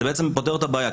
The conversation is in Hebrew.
זה פותר את הבעיה,